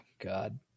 God